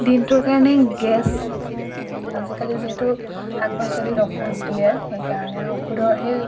দিনটোৰ কাৰণে গেছ আজিকালি যিহেতু শাক পাচলিত ঔষধ দিয়ে সেইকাৰণে ঔষধৰ সেই